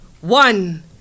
One